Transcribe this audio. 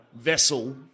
vessel